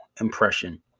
impression